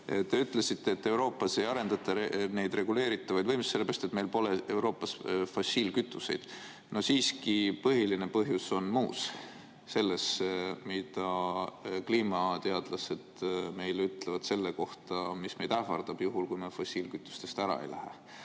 Te ütlesite, et Euroopas ei arendata neid reguleeritavaid võimsusi, sellepärast et meil pole Euroopas fossiilkütuseid. Siiski põhiline põhjus on muus: selles, mida kliimateadlased ütlevad selle kohta, mis meid ähvardab, juhul kui me fossiilkütustest väga kiiresti